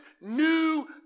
new